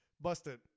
Busted